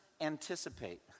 anticipate